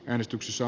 äänestyksessä